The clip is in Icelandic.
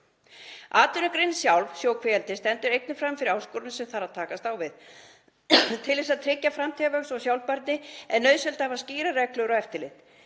Atvinnugreinin sjálf, sjókvíaeldi, stendur einnig frammi fyrir áskorunum sem þarf að takast á við. Til að tryggja framtíðarvöxt og sjálfbærni er nauðsynlegt að hafa skýrar reglur og eftirlit.